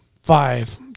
five